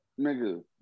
nigga